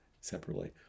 separately